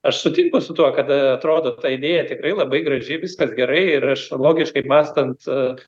aš sutinku su tuo kad atrodo ta idėja tikrai labai graži viskas gerai ir aš logiškai mąstant